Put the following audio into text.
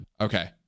Okay